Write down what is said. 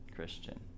christian